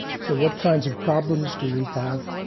so what kinds of problems do we have?